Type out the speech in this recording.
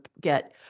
get